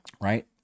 right